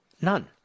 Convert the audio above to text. None